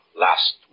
last